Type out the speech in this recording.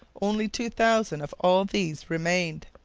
only two thousand of all these remained.